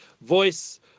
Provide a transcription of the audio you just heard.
voice